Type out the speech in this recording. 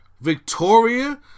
Victoria